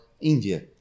India